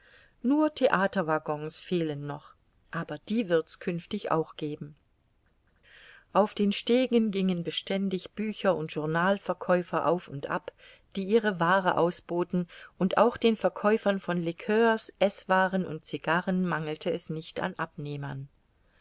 nur theaterwaggons fehlen noch aber die wird's künftig auch geben auf den stegen gingen beständig bücher und journal verkäufer auf und ab die ihre waare ausboten und auch den verkäufern von liqueurs eßwaaren und cigarren mangelte es nicht an abnehmern